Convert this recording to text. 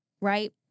Right